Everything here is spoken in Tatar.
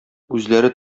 үзләре